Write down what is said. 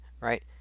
right